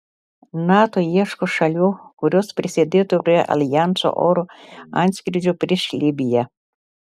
nato ieško šalių kurios prisidėtų prie aljanso oro antskrydžių prieš libiją